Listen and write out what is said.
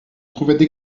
trouvaient